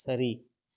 சரி